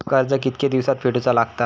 कर्ज कितके दिवसात फेडूचा लागता?